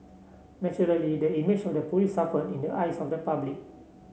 naturally the image of the police suffered in the eyes of the public